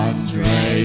Andre